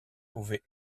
pouvait